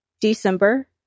December